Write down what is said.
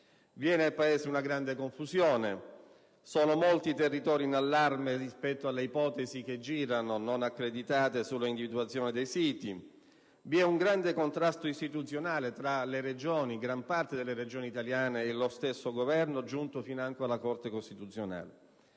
Vi è nel Paese una grande confusione; sono molti i territori in allarme rispetto alle ipotesi che girano, non accreditate, sull'individuazione dei siti. Vi è un grande contrasto istituzionale tra gran parte delle Regioni italiane e lo stesso Governo, giunto finanche alla Corte costituzionale.